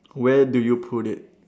where do you put it